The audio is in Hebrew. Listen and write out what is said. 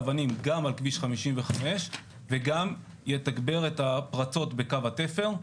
האבנים גם על כביש 55 וגם יתגבר את הפרצות בקו התפר.